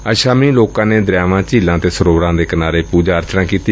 ਅੱਜ ਸ਼ਾਮੀ ਲੋਕਾਂ ਨੇ ਦਰਿਆਵਾਂ ਝੀਲਾਂ ਅਤੇ ਸਰੋਵਰਾਂ ਦੇ ਕਿਨਾਰੇ ਪੁਜਾ ਅਰਚਨਾ ਕੀਤੀ